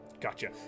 Gotcha